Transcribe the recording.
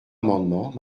amendement